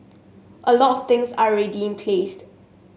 a lot things are already in place